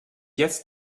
jetzt